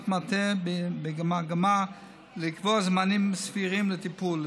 מטה במגמה לקבוע זמנים סבירים לטיפול,